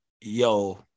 yo